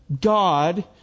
god